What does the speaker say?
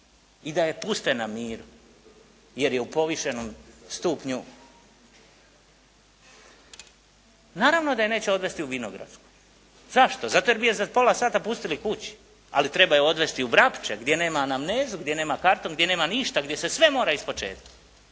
i da je puste na miru jer je u povišenom stupnju. Naravno da je neće odvesti u Vinogradsku. Zašto? Zato jer bi je za pola sata pustili kući, ali treba je odvesti u Vrapče gdje nema anamnezu, gdje nema kartom, gdje nema ništa, gdje se sve mora ispočetka